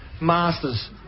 Masters